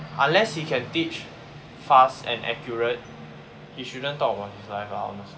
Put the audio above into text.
unless he can teach fast and accurate he shouldn't talk about his life lah honestly